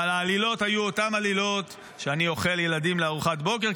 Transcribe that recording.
אבל העלילות היו אותן עלילות: שאני אוכל לילדים לארוחת בוקר,